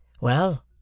Well